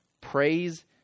praise